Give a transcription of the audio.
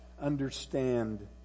understand